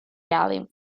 gallium